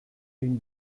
une